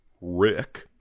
Rick